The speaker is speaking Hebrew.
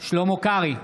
שלמה קרעי,